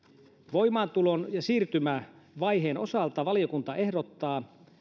voimaantulon ja siirtymävaiheen osalta valiokunta ehdottaa